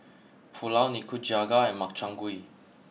Pulao Nikujaga and Makchang Gui